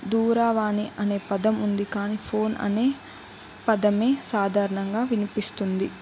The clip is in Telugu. దూరావాణి అనే పదం ఉంది కానీ ఫోన్ అనే పదం సాధారణంగా వినిపిస్తుంది